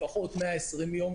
לפחות 120 יום,